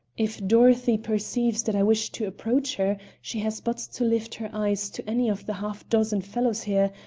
if dorothy perceives that i wish to approach her she has but to lift her eyes to any of the half-dozen fellows here,